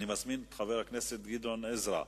אני מזמין את חבר הכנסת גדעון עזרא.